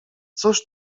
cóż